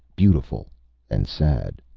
beautiful and sad.